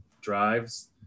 drives